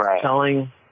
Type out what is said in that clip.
telling